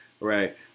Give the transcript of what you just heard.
Right